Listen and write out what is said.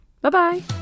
Bye-bye